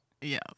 Yes